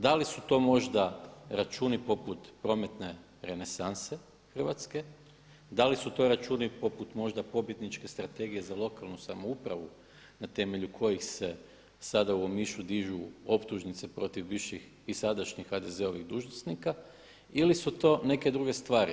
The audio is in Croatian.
Da li su to možda računi poput prometne renesanse Hrvatske, da li su to računi poput možda pobjedniče strategije za lokalnu samoupravu na temelju kojih se sada u Omišu dižu optužnice protiv bivših i sadašnjih HDZ-ovih dužnosnika ili su to neke druge stvari.